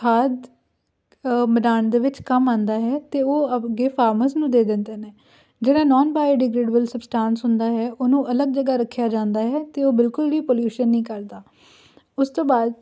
ਖਾਦ ਬਣਾਉਣ ਦੇ ਵਿੱਚ ਕੰਮ ਆਉਂਦਾ ਹੈ ਅਤੇ ਉਹ ਅੱਗੇ ਫਾਰਮਰਸ ਨੂੰ ਦੇ ਦਿੰਦੇ ਨੇ ਜਿਹੜਾ ਨੋਨ ਬਾਇਓਡਿਗਰੇਡੇਬਲ ਸਬਸਟਾਂਸ ਹੁੰਦਾ ਹੈ ਉਹਨੂੰ ਅਲੱਗ ਜਗ੍ਹਾ ਰੱਖਿਆ ਜਾਂਦਾ ਹੈ ਅਤੇ ਉਹ ਬਿਲਕੁਲ ਵੀ ਪੋਲਿਊਸ਼ਨ ਨਹੀਂ ਕਰਦਾ ਉਸ ਤੋਂ ਬਾਅਦ